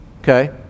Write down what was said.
okay